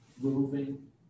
moving